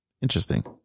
interesting